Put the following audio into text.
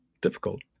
difficult